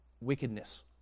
wickedness